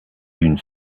une